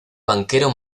banquero